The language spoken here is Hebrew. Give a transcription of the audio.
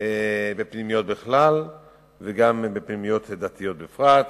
בפנימיות בכלל ובפנימיות דתיות בפרט,